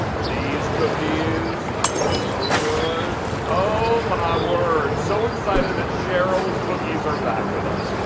these cookies are so good, oh, my word. so excited that cheryl's cookies are back with us.